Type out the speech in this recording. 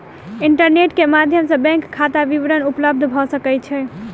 internet के माध्यम सॅ बैंक खाता विवरण उपलब्ध भ सकै छै